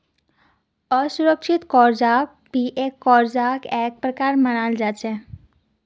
असुरिक्षित कर्जाक भी कर्जार का एक प्रकार मनाल जा छे